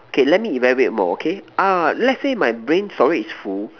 okay let me elaborate more okay ah let's say my brain storage is full